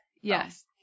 Yes